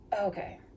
okay